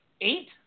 Eight